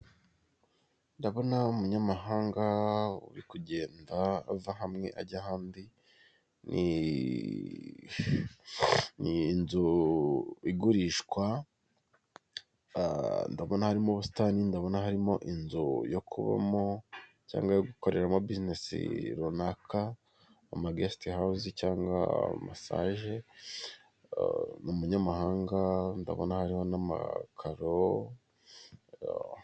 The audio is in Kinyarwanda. Urabona umunyamahanga uri kugenda ava hamwe ajya ahandi, ni inzu igurishwa , ndabona harimo ubusitani, ndabona hari inzu yo kubamo cyangwa yo gukoreramo bizinezi runaka, mu ma geste hawuze cyangwa masaje, ni umunyamahanga ndabona hariho n'amakaro.